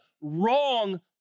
wrong